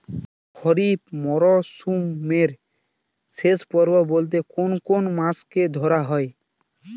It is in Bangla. খরিপ মরসুমের শেষ পর্ব বলতে কোন কোন মাস কে ধরা হয়?